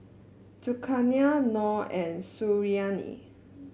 Zulkarnain Noh and Suriani